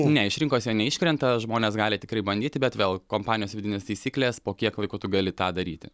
ne iš rinkos jie neiškrenta žmonės gali tikrai bandyti bet vėl kompanijos vidinės taisyklės po kiek laiko tu gali tą daryti